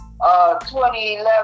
2011